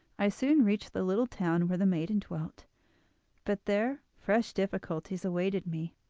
i soon reached the little town where the maiden dwelt but there fresh difficulties awaited me.